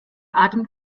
atem